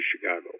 Chicago